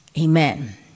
Amen